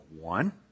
One